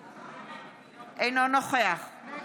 נגד יואב גלנט, אינו נוכח גילה